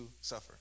suffer